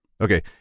Okay